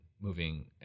moving